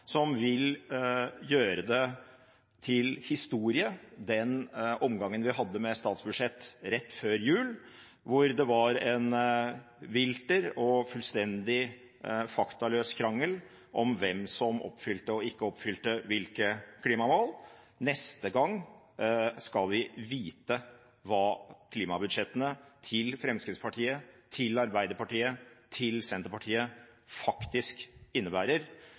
som vil gjøre til historie den omgangen vi hadde med statsbudsjettet rett før jul, hvor det var en vilter og fullstendig faktaløs krangel om hvem som oppfylte og ikke oppfylte hvilke klimamål. Neste gang skal vi vite hva klimabudsjettene til Fremskrittspartiet, til Arbeiderpartiet og til Senterpartiet faktisk innebærer